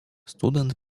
student